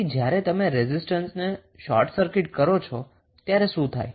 તેથી જ્યારે તમે રેઝિસ્ટન્સને શોર્ટ સર્કિટ કરો છો ત્યારે શું થાય